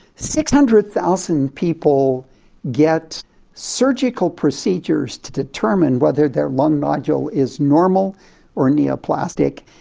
six hundred thousand people get surgical procedures to determine whether their lung nodule is normal or neoplastic,